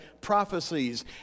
prophecies